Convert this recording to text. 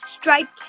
striped